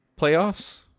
playoffs